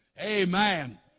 Amen